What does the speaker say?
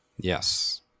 yes